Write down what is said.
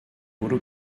bwrw